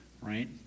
right